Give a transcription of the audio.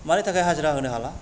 मानि थाखाय हाजिरा होनो हाला